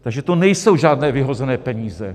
Takže to nejsou žádné vyhozené peníze.